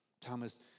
Thomas